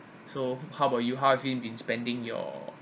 so how about you how have you been spending your